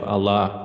Allah